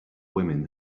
women